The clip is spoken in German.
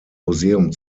museum